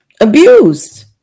abused